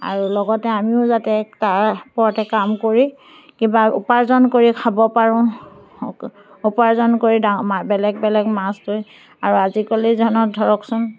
আৰু লগতে আমিও যাতে তাৰ ওপৰতে কাম কৰি কিবা উপাৰ্জন কৰি খাব পাৰোঁ উপাৰ্জন কৰি ডাঙৰ বেলেগ বেলেগ মাছ ধৰি আৰু আজিকালিৰ জানত ধৰকচোন